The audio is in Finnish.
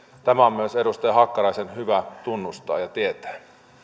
tämä on myös edustaja hakkaraisen hyvä tunnustaa ja tietää